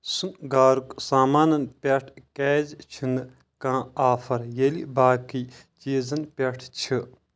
سُنٛگارُک سامانن پٮ۪ٹھ کیٛازِ چھنہٕ کانٛہہ آفر ییٚلہِ باقٕے چیزن پٮ۪ٹھ چھ